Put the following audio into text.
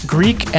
Greek